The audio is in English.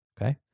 okay